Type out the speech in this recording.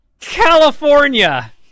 California